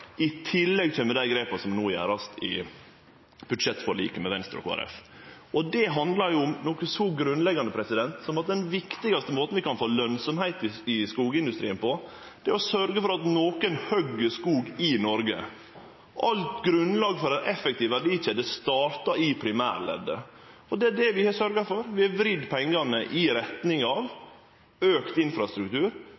I tillegg kjem dei grepa som no vert tekne i budsjettforliket med Venstre og Kristeleg Folkeparti. Det handlar om noko så grunnleggjande som at den viktigaste måten vi kan få lønsemd i skogindustrien på, er å sørgje for at nokon høgg skog i Noreg. Alt grunnlag for ei effektiv verdikjede startar i primærleddet, og det er det vi har sørgt for. Vi har vridd pengane i retning av